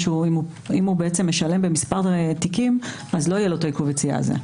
ואם הוא בעצם משלם במספר תיקים אז לא יהיה לו עיכוב היציאה הזה.